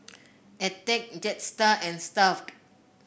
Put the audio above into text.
attack Jetstar and Stuff'd